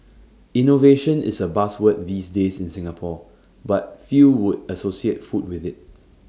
innovation is A buzzword these days in Singapore but few would associate food with IT